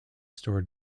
stored